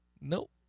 nope